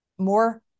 more